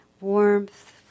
warmth